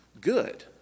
good